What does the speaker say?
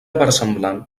versemblant